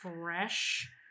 fresh